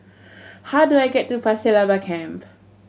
how do I get to Pasir Laba Camp